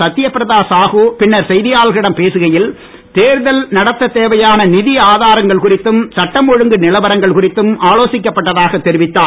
சத்யப்பிரதா சாகு பின்னர் செய்தியாளர்களிடம் பேசுகையில் தேர்தல் நடத்தத் தேவையான நிதி ஆதாரங்கள் குறித்தும் சட்டம் ஒழுங்கு நிலவரங்கள் குறித்தும் ஆலோசிக்கப் பட்டதாகத் தெரிவித்தார்